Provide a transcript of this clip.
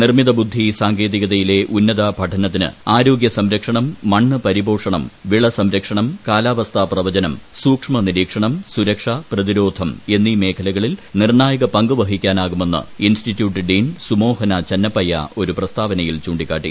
നിർമ്മിത ബുദ്ധി സാങ്കേതികതയിലെ ഉന്നതപഠനത്തിന് ആരോഗ്യ സംരക്ഷണം മണ്ണ്പരിപോഷണം വിള സംരക്ഷണം കാലാവസ്ഥാ പ്രവചനം സൂക്ഷ്മ നിരീക്ഷണം സുരക്ഷ പ്രതിരോധം എന്നീ മേഖലകളിൽ നിർണായക പങ്ക് വഹിക്കാനാകുമെന്ന് ഇൻസ്റ്റിറ്റ്യൂട്ട് ഡീൻസ് സുമോഹന ചന്നപ്പയ്യ ഒരു പ്രസ്താവനയിൽ ചൂണ്ടിക്കാട്ടി